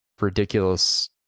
ridiculous